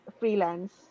freelance